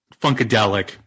funkadelic